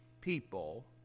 people